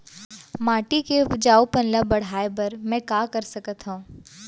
माटी के उपजाऊपन ल बढ़ाय बर मैं का कर सकथव?